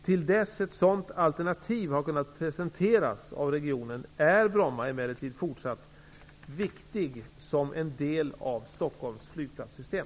Till dess att ett sådant alternativ har kunnat presenteras av regionen är Bromma emellertid fortsatt viktig som en del i Stockholms flygplatssystem.